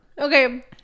okay